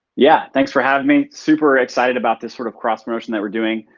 yeah, thanks for having me. super excited about this sort of cross-promotion that we're doing.